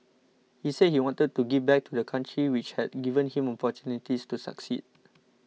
he said he wanted to give back to the country which had given him opportunities to succeed